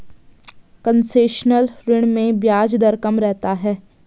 concessional ऋण में ब्याज दर कम रहता है